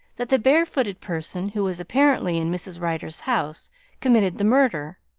that the bare-footed person who was apparently in mrs. rider's house committed the murder.